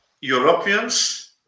Europeans